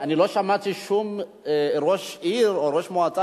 אני לא שמעתי שום ראש עיר או ראש מועצה